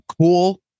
cool